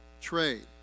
trade